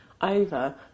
over